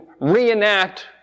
reenact